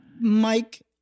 Mike